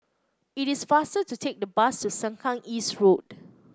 it is faster to take the bus to Sengkang East Road